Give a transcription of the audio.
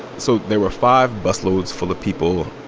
so there were five busloads full of people.